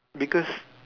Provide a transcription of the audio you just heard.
because